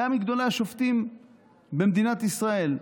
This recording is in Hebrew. היה מגדולי השופטים במדינת ישראל.